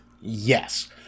Yes